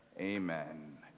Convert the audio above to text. amen